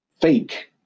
fake